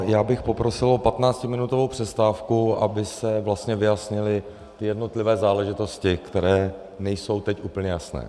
Já bych poprosil o patnáctiminutovou přestávku, aby se vlastně vyjasnily ty jednotlivé záležitosti, které nejsou teď úplně jasné.